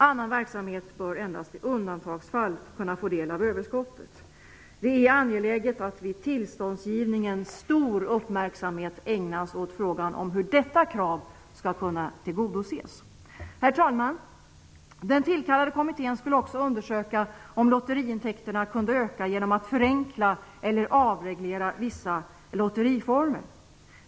Annan verksamhet bör endast i undantagsfall kunna få del av överskottet. Det är angeläget att vid tillståndsgivningen stor uppmärksamhet ägnas åt frågan om hur detta krav skall kunna tillgodoses. Herr talman! Den tillkallade kommittén skulle också undersöka om lotteriintäkterna kunde öka genom att förenkla eller avreglera vissa lotteriformer.